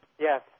Yes